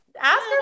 Ask